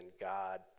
God